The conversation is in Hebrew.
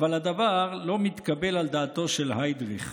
"אבל הדבר לא מתקבל על דעתו של היידריך.